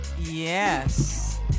yes